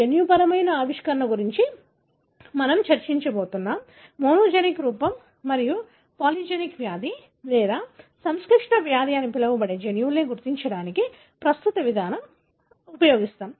జన్యుపరమైన ఆవిష్కరణ గురించి మనం చర్చించబోతున్నాం మోనోజెనిక్ రూపం మరియు పాలీజెనిక్ వ్యాధి లేదా సంక్లిష్ట వ్యాధి అని పిలవబడే జన్యువులను గుర్తించడానికి ప్రస్తుత విధానం